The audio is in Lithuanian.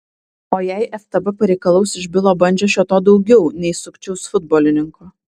o jei ftb pareikalaus iš bilo bandžio šio to daugiau nei sukčiaus futbolininko